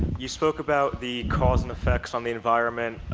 you spoke about the cause and effects on the environment,